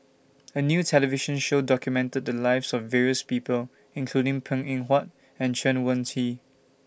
A New television Show documented The Lives of various People including Png Eng Huat and Chen Wen Hsi